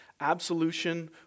Absolution